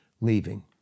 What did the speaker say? leaving